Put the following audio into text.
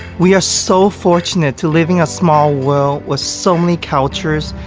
we are so fortunate to live in a small world with so many cultures,